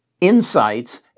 insights